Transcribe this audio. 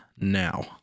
now